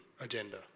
agenda